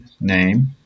name